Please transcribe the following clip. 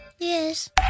Yes